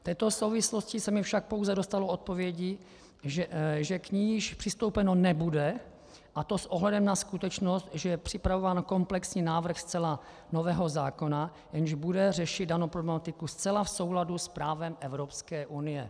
V této souvislosti se mi však pouze dostalo odpovědi, že k ní již přistoupeno nebude, a to s ohledem na skutečnost, že je připravován komplexní návrh zcela nového zákona, jenž bude řešit danou problematiku zcela v souladu s právem Evropské unie.